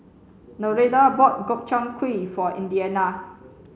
Nereida bought Gobchang Gui for Indiana